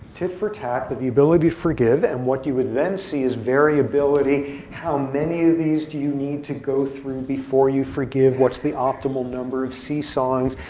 tit for tat with the ability to forgive, and what you would then see is variability, how many of these do you need to go through before you forgive, what's the optimal number of see-sawings,